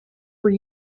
were